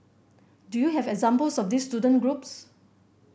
do you have examples of these student groups